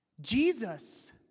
Jesus